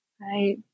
right